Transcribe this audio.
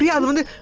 yeah shobana.